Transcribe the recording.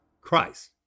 Christ